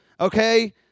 okay